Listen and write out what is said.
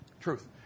Truth